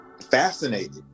fascinated